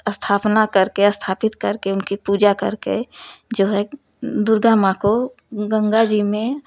अस्थापना करके अस्थापित करके उनकी पूजा करके जो है दुर्गा माँ को गंगा जी में